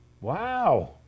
wow